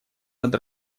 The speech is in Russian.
над